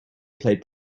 played